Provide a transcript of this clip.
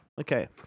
Okay